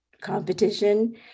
competition